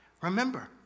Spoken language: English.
Remember